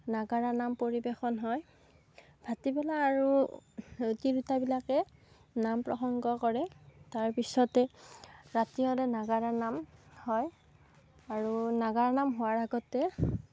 নাগাৰা নাম পৰিৱেশন হয় ভাটি বেলা আৰু তিৰোতাবিলাকে নাম প্ৰসঙ্গ কৰে তাৰপিছতে ৰাতি হ'লে নাগাৰা নাম হয় আৰু নাগাৰা নাম হোৱাৰ আগতে